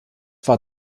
war